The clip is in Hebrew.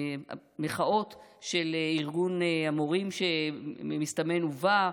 ובמחאות של ארגון המורים, שמסתמן ובא,